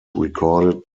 recorded